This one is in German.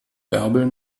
bärbel